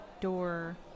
door